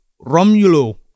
Romulo